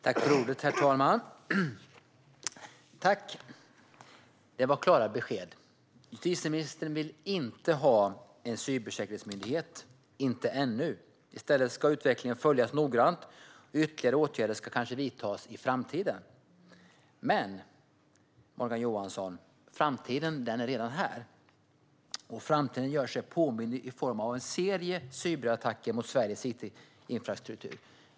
Herr talman! Tack, det var klara besked! Justitieministern vill inte ha en cybersäkerhetsmyndighet - inte ännu. I stället ska utvecklingen följas noggrant, och ytterligare åtgärder ska kanske vidtas i framtiden. Men, Morgan Johansson, framtiden är redan här. Framtiden gör sig påmind i form av en serie av cyberattacker mot Sveriges it-infrastruktur.